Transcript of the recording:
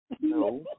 No